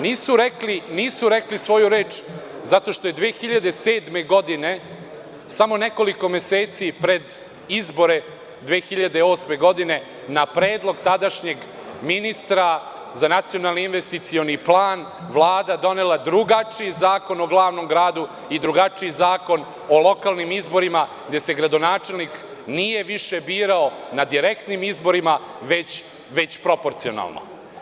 Nisu rekli svoju reč zato što je 2007. godine samo nekoliko meseci pred izbore 2008. godine na predlog tadašnjeg ministra za nacionalni investicioni plan Vlada donela drugačiji Zakon o glavnom gradu i drugačiji Zakon o lokalnim izborima gde se gradonačelnik više nije birao na direktnim izborima, već proporcionalno.